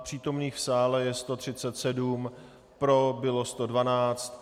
Přítomných v sále je 137, pro bylo 112.